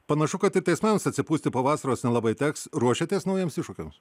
panašu kad ir teismams atsipūsti po vasaros nelabai teks ruošiatės naujiems iššūkiams